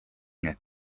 need